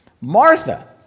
Martha